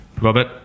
Robert